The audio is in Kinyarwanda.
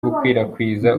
gukwirakwiza